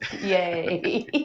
Yay